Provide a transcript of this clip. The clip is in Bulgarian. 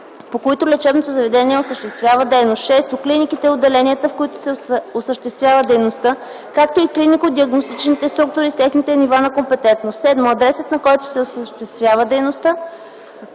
по които лечебното заведение осъществява дейност; 6. клиниките и отделенията, в които се осъществява дейността, както и клинико-диагностичните структури, с техните нива на компетентност; 7. адресът, на който се осъществява дейността.”